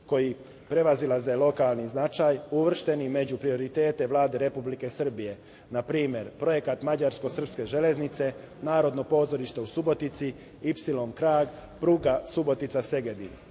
koji prevazilaze lokalni značaj uvršteni među prioritete Vlade Republike Srbije. Na primer, projekat mađarsko-srpske železnice, Narodno pozorište u Subotici, Ipsilon krak, pruga Subotica –